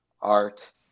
art